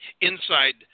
inside